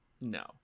No